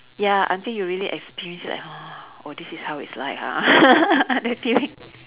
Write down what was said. ya until you really experience it like oh this is how it's like ah that feeling